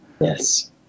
Yes